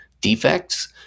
defects